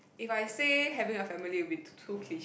if I say having a family will be too cliche